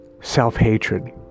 self-hatred